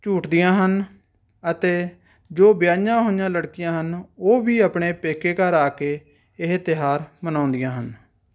ਝੂਟਦੀਆਂ ਹਨ ਅਤੇ ਜੋ ਵਿਆਹੀਆਂ ਹੋਈਆਂ ਲੜਕੀਆਂ ਹਨ ਉਹ ਵੀ ਆਪਣੇ ਪੇਕੇ ਘਰ ਆ ਕੇ ਇਹ ਤਿਉਹਾਰ ਮਨਾਉਂਦੀਆਂ ਹਨ